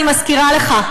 אני מזכירה לך.